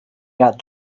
got